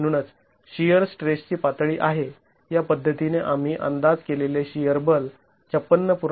म्हणूनच शिअर स्ट्रेसची पातळी आहे या पद्धतीने आम्ही अंदाज केलेले शिअर बल ५६